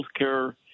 healthcare